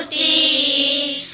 e